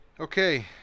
Okay